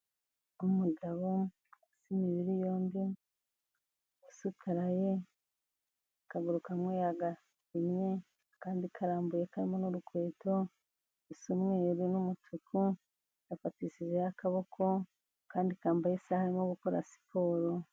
Umugabo usa imibiri yombi, usutaraye, akaguru kamwe yagahinnye, akandi karambuye karimo n'urukweto rusa umweru n'umutuku, yafatishijeho akaboko, akandi kambaye isaha arimo gukora siporo.